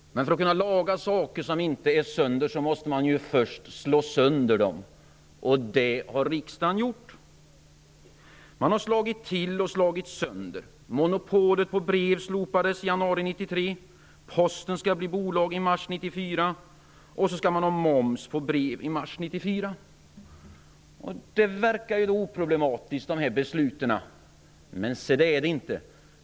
För att kunna laga saker som inte är sönder måste man först slå sönder dem, och det har riksdagen gjort. Den har slagit till och slagit sönder. Monopolet på brev slopades i januari 1993. Posten skall bli bolag i mars 1994, och det skall bli moms på brev i mars 1994. Dessa beslut verkar oproblematiska. Men se det är de inte!